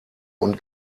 und